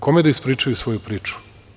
Kome da ispričaju svoju priču?